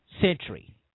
century